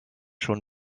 schon